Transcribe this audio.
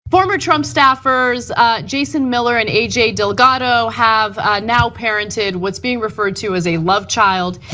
former trump staffers jason miller and a j. delgado have now parented what is being referred to as a love child.